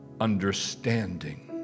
understanding